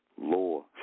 Law